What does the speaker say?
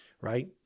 right